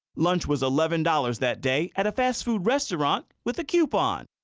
lunch was eleven dollars that day at a fast food restaurant with a coupon.